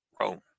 Rome